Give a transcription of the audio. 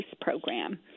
program